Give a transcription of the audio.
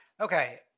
Okay